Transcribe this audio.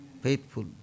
faithful